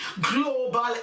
Global